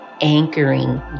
anchoring